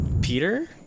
Peter